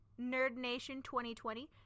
nerdnation2020